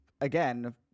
again